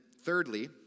thirdly